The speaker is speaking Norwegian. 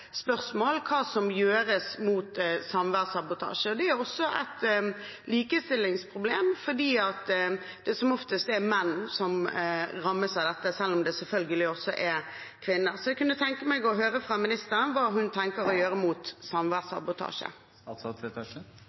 spørsmål om hva som gjøres mot samværssabotasje. Det er også et likestillingsproblem fordi det som oftest er menn som rammes av dette, selv om det selvfølgelig også er kvinner. Jeg kunne tenke meg å høre hva ministeren tenker å gjøre mot samværssabotasje.